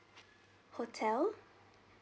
hotel